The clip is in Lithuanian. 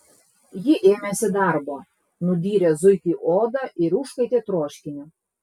ji ėmėsi darbo nudyrė zuikiui odą ir užkaitė troškinį